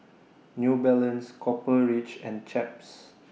New Balance Copper Ridge and Chaps